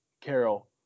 Carol